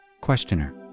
Questioner